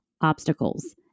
obstacles